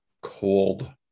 cold